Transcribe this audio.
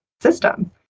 system